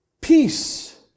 Peace